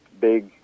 big